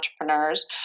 entrepreneurs